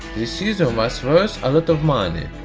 the cesium was worth a lot of money,